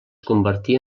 convertia